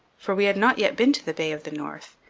for we had not yet been to the bay of the north,